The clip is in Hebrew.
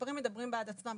המספרים מדברים בעד עצמם.